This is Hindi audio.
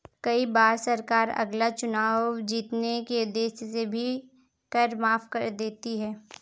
कई बार सरकार अगला चुनाव जीतने के उद्देश्य से भी कर माफ कर देती है